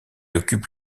occupe